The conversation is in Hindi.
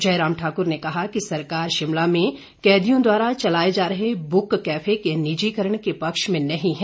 जयराम ठाकुर ने कहा कि सरकार शिमला में कैदियों द्वारा चलाए जा रहे बुक कैफे के निजीकरण के पक्ष में नहीं है